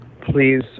Please